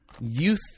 youth